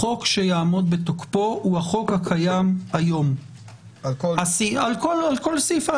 החוק שיעמוד בתוקפו הוא החוק הקיים היום על כל סעיפיו.